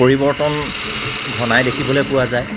পৰিবৰ্তন ঘনাই দেখিবলৈ পোৱা যায়